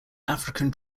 african